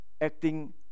acting